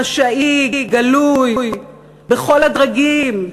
חשאי, גלוי, בכל הדרגים.